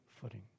footing